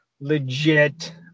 legit